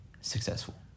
successful